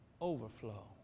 Overflow